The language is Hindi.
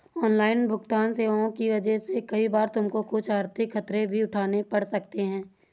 ऑनलाइन भुगतन्न सेवाओं की वजह से कई बार तुमको कुछ आर्थिक खतरे भी उठाने पड़ सकते हैं